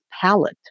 palette